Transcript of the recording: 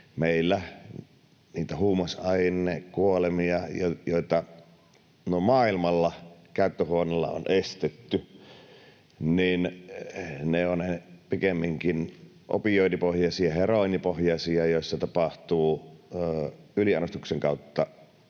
Ne huumausainekuolemat, joita maailmalla käyttöhuoneilla on estetty, ovat pikemminkin opioidipohjaisia ja heroiinipohjaisia, joissa tapahtuu yliannostuksen kautta